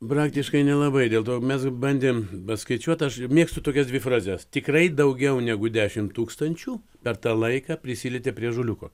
praktiškai nelabai dėl to mes bandėm paskaičiuot aš mėgstu tokias dvi frazes tikrai daugiau negu dešim tūkstančių per tą laiką prisilietė prie ąžuoliuko